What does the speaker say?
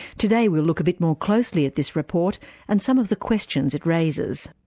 today we'll look a bit more closely at this report and some of the questions it raises.